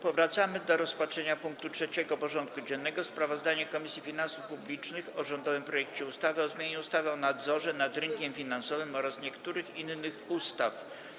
Powracamy do rozpatrzenia punktu 3. porządku dziennego: Sprawozdanie Komisji Finansów Publicznych o rządowym projekcie ustawy o zmianie ustawy o nadzorze nad rynkiem finansowym oraz niektórych innych ustaw.